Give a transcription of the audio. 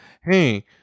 hey